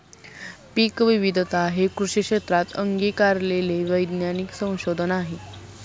पीकविविधता हे कृषी क्षेत्रात अंगीकारलेले वैज्ञानिक संशोधन आहे